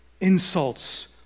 insults